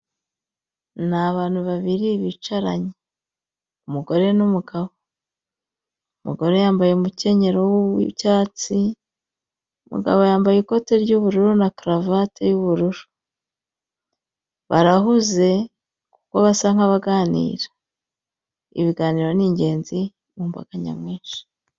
Ni abantu babiri bicaranye, umugore n'umugabo, umugore yambaye umukenyero w'icyatsi, umugabo yambaye ikote ry'ubururu na karavate y'ubururu, barahuze kuko basa nk'abaganira, ibiganiro ni ingenzi mu mbaga nyamwinshi.